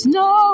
no